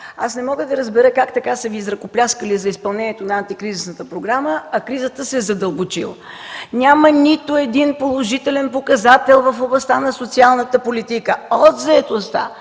Не мога да разбера как така са Ви изръкопляскали за изпълненията на антикризисната програма, а кризата се е задълбочила. Няма нито един положителен показател в областта на социалната политика – от заетостта